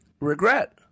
regret